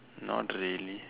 not really